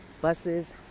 buses